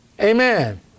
Amen